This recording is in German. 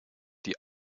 die